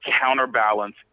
counterbalance